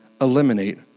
eliminate